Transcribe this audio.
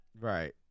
right